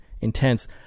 intense